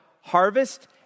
harvest